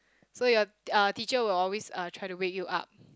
so your uh teacher will always uh try to wake you up